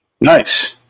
Nice